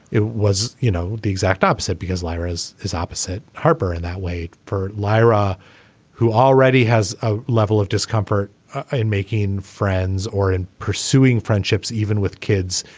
it was you know the exact opposite because lara's is opposite harper in that way for lyra who already has a level of discomfort in making friends or in pursuing friendships even with kids.